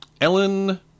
Ellen